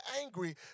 angry